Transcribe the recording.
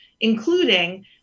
including